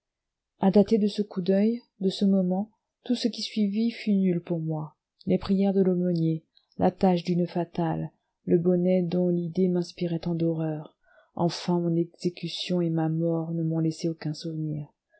à dater de ce coup d'oeil de ce moment tout ce qui suivit fut nul pour moi les prières de l'aumônier l'attache du noeud fatal le bonnet dont l'idée m'inspirait tant d'horreur enfin mon exécution et ma mort ne m'ont laissé aucun souvenir